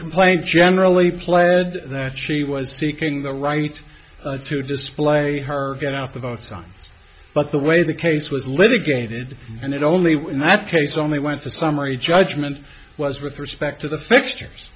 complaint generally pled that she was seeking the right to display her get out the votes on but the way the case was litigated and it only when that case only went to summary judgment was with respect to the fixtures